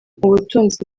butunzi